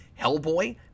Hellboy